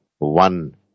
One